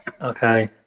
Okay